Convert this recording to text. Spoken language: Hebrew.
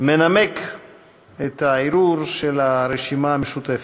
מנמק את הערעור של הרשימה המשותפת.